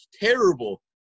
terrible